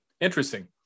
Interesting